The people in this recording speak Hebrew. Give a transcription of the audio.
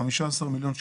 כ-15 מיליון שקלים,